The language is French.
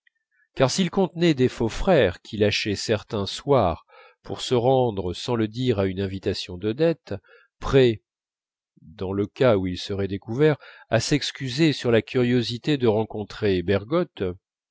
car s'il contenait des faux frères qui lâchaient certains soirs pour se rendre sans le dire à une invitation d'odette prêts dans le cas où ils seraient découverts à s'excuser sur la curiosité de rencontrer bergotte